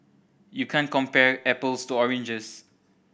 you can't compare apples to oranges